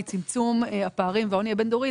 היא צמצום הפערים והעוני הבין-דורי,